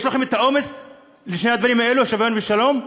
יש לכם האומץ לשני הדברים האלו, שוויון ושלום?